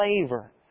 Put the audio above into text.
flavor